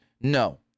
No